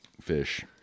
fish